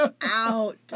out